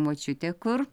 močiutė kur